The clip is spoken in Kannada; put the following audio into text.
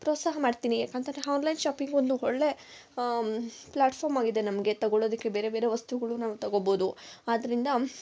ಪ್ರೋತ್ಸಾಹ ಮಾಡ್ತೀನಿ ಯಾಕೆಂತಂದ್ರೆ ಹಾನ್ಲೈನ್ ಶಾಪಿಂಗ್ ಒಂದು ಒಳ್ಳೆ ಪ್ಲಾಟ್ ಫಾರ್ಮ್ ಆಗಿದೆ ನಮಗೆ ತೊಗೊಳೊದಿಕ್ಕೆ ಬೇರೆ ಬೇರೆ ವಸ್ತುಗುಳು ನಾವು ತೊಗೋಬೋದು ಆದ್ರಿಂದ